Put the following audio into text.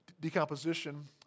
decomposition